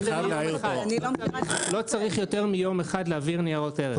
אני לא מכירה --- לא צריך יותר מיום אחד להעביר ניירות ערך.